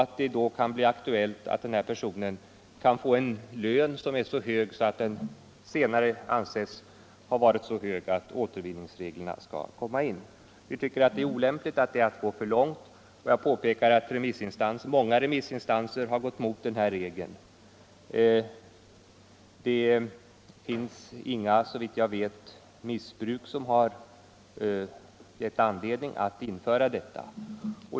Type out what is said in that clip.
Det kan då bli aktuellt att denna person får en lön, som senare anses ha varit så hög att återvinningsregeln skall tillämpas. Vi tycker att det är att gå för långt. Många remissinstanser har gått emot denna regel. Såvitt jag vet har inga missbruk givit anledning till att införa den.